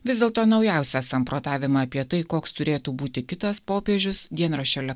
vis dėlto naujausią samprotavimą apie tai koks turėtų būti kitas popiežius dienraščio